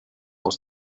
aus